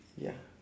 ya